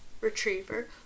Retriever